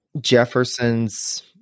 Jefferson's